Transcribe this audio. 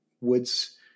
woods